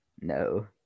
No